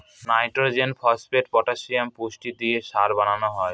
nitrogen, phosphate, potassium পুষ্টি দিয়ে সার বানানো হয়